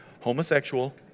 Homosexual